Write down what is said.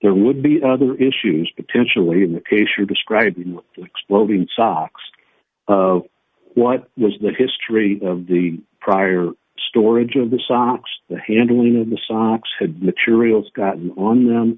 there would be other issues potentially in the case you describe exploding socks what was the history of the prior storage of the socks the handling of the socks had materials gotten on them